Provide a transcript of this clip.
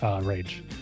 rage